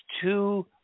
two